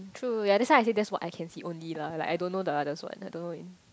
true ya that's why I say that's what I can see only lah like I don't know the others what I don't know in